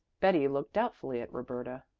betty looked doubtfully at roberta.